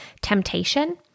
temptation